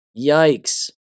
Yikes